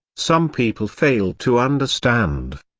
some people fail to understand.